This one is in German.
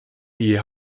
die